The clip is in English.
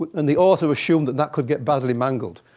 and the author assumed that that could get badly mangled.